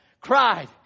Cried